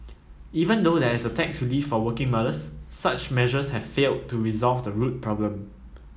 even though there is tax relief for working mothers such measures have failed to resolve the root problem